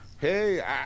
hey